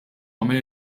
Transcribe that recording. għamel